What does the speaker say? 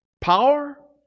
Power